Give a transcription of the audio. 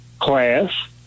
class